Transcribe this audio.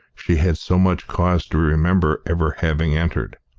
she had so much cause to remember ever having entered.